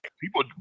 People